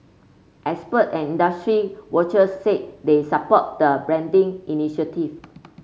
expert and industry watchers said they support the branding initiative